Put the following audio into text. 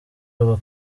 ubu